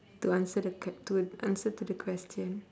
to answer the que~ to answer to the question